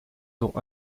dont